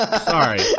Sorry